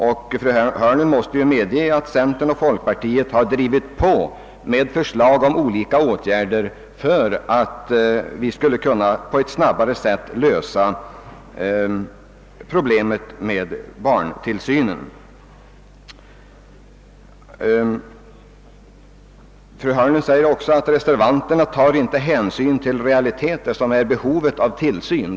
Och fru Hörnlund måste ju medge att centern och folkpartiet har drivit på med förslag om olika åtgärder för att vi skulle kunna på ett snabbare sätt lösa problemet med barntillsynen. Fru Hörnlund säger också att reservanterna inte tar hänsyn till realiteter, inte tar hänsyn till behovet av barntillsyn.